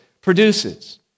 produces